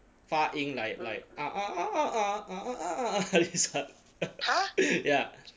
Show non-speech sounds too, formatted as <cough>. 发音 like like <noise> <laughs> this kind ya